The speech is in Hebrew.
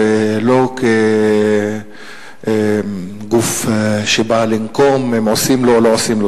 ולא כגוף שבא לנקום אם עושים או לא עושים לו.